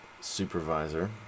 supervisor